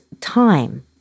time